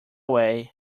way